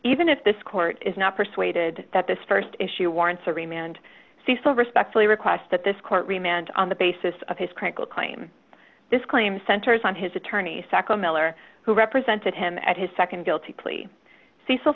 even if this court is not persuaded that this st issue warrants a remand cecil respectfully request that this court remand on the basis of his critical claim this claim centers on his attorney sacco miller who represented him at his nd guilty plea cecil